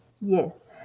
Yes